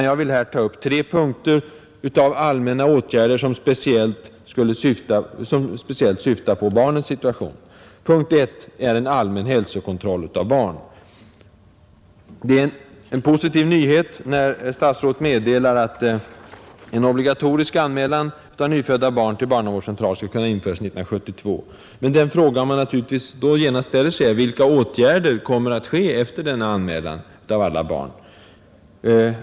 Jag vill här ta upp tre punkter för allmänna åtgärder som speciellt gäller barnens situation. Punkt 1 är en allmän hälsokontroll av barnen. Det är en positiv nyhet när statsrådet meddelar att en obligatorisk anmälan av nyfödda barn till barnavårdscentral skall kunna införas 1972. Men då frågar man sig: Vilka åtgärder kommer att vidtas efter denna anmälan av alla barn?